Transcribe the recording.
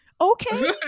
okay